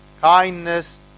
kindness